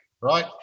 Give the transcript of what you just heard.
right